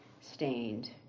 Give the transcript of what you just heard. stained